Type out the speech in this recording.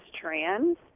trans